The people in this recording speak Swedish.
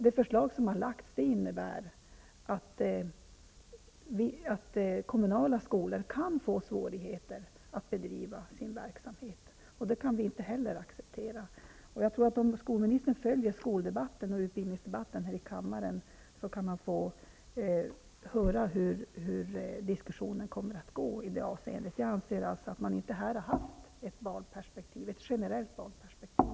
Det förslag som har lagts fram innebär att kommunala skolor kan få svårigheter att bedriva sin verksamhet. Det kan vi inte heller acceptera. Om socialministern följer skoldebatten och utbildningsdebatten här i kammaren kan han få höra hur diskussionen kommer att gå i det avseendet. Jag anser alltså att man här inte har haft ett generellt barnperspektiv.